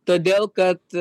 todėl kad